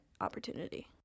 opportunity